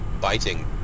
biting